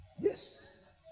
Yes